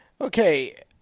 Okay